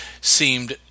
seemed